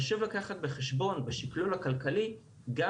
חשוב לקחת בחשבון בשקלול הכלכלי גם